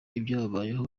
ibyababayeho